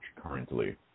currently